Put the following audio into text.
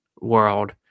world